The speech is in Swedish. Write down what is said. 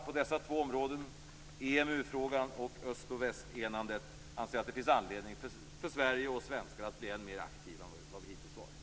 På dessa två områden, EMU-frågan och enandet av östra och västra Europa, anser jag alltså att vi i Sverige har anledning att bli än mer aktiva än vad vi hittills varit.